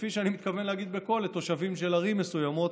כפי שאני מתכוון להגיד בקול לתושבים של ערים מסוימות.